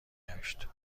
گشت